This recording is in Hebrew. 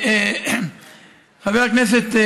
חבר הכנסת,